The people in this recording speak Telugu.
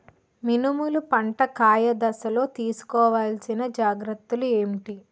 మినుములు పంట కాయ దశలో తిస్కోవాలసిన జాగ్రత్తలు ఏంటి?